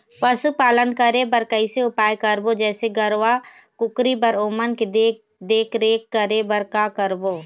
पशुपालन करें बर कैसे उपाय करबो, जैसे गरवा, कुकरी बर ओमन के देख देख रेख करें बर का करबो?